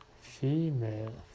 Female